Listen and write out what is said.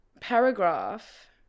paragraph